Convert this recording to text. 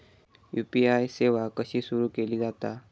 UPI सेवा कशी सुरू केली जाता?